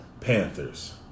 Panthers